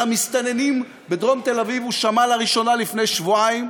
על המסתננים בדרום תל אביב הוא שמע לראשונה לפני שבועיים,